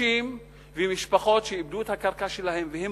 שאנשים ומשפחות שאיבדו את הקרקע שלהם והם